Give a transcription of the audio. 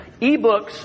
Ebooks